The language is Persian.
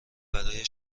برای